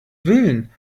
willen